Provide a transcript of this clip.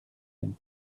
him